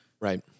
Right